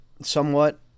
somewhat